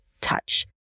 touch